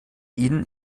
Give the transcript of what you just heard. ihnen